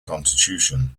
constitution